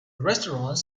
restaurants